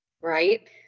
right